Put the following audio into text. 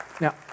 Now